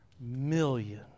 million